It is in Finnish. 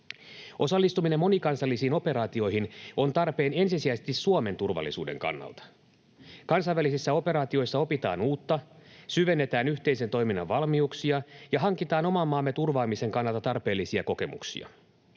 Osallistuminen monikansallisiin operaatioihin on tarpeen ensisijaisesti Suomen turvallisuuden kannalta. Kansainvälisissä operaatioissa opitaan uutta, syvennetään yhteisen toiminnan valmiuksia ja hankitaan oman maamme turvaamisen kannalta tarpeellisia kokemuksia.